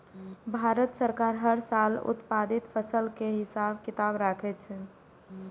भारत सरकार हर साल उत्पादित फसल केर हिसाब किताब राखै छै